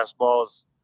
fastballs